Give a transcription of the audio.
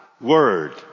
word